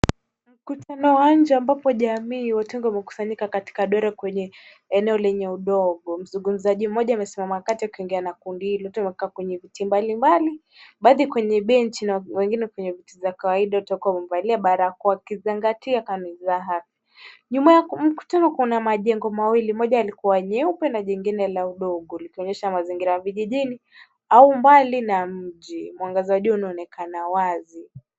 Mkutano wa nje ambapo jamii wamekusanyika katika doro kwenye eneo lenye udongo. Mzungumzaji mmoja amesimama kati akiongea na kundi hilo. Wote wamekaa kwenye viti mbalmbali, baadhi kwenye benchi na wengine kwenye viti za kawaida wote wakiwa wamevalia barakoa wakizingatia kanuni za afya. Nyuma ya mkutano kuna majengo mawili. Moja yalikuwa nyeupe na jingine la udongo likionyesha mazingira ya vijijini au mbali na mwangaza juu unaonekana wazi.